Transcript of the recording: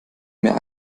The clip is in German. mehr